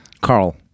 Carl